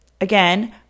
Again